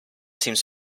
seems